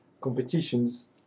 competitions